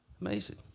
Amazing